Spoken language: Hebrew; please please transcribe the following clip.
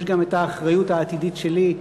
יש גם האחריות העתידית שלי,